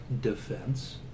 defense